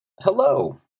Hello